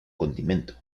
condimento